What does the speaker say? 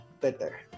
better